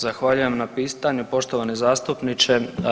Zahvaljujem na pitanju poštovani zastupniče.